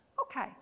Okay